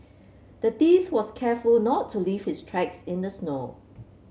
the thief was careful not to leave his tracks in the snow